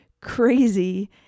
crazy